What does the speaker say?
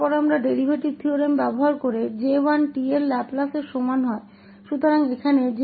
और फिर हमारे पास डेरीवेटिव प्रमेय का उपयोग करके J1𝑡 का लैपलेस इसके बराबर है